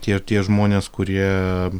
tie tie žmonės kurie